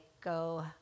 go